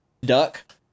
duck